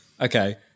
Okay